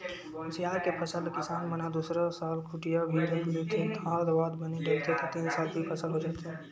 कुसियार के फसल ल किसान मन ह दूसरा साल खूटिया भी रख लेथे, खाद वाद बने डलथे त तीन साल भी फसल हो जाथे